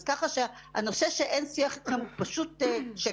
אז ככה שהנושא שאין שיח איתכם הוא פשוט שקר.